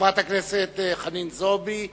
חברת הכנסת חנין זועבי.